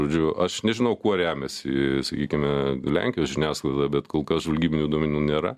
žodžiu aš nežinau kuo remiasi sakykime lenkijos žiniasklaida bet kol kas žvalgybinių duomenų nėra